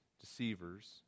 deceivers